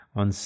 on